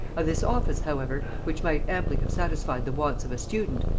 of this office however, which might amply have satisfied the wants of a student,